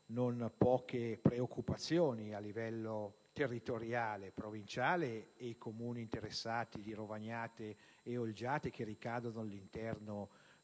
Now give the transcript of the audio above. non poche preoccupazioni a livello territoriale, provinciale e tra i Comuni interessati di Rovagnate e di Olgiate, che ricadono all'interno